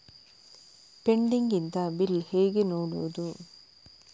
Pending ಇದ್ದ bill ಹೇಗೆ ನೋಡುವುದು?